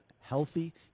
healthy